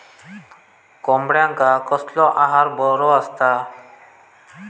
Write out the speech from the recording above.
कोंबड्यांका कसलो आहार बरो असता?